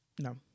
No